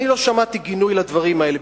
אני לא שמעתי גינוי לדברים האלה.